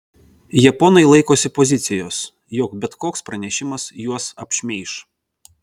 japonai laikosi pozicijos jog bet koks pranešimas juos apšmeiš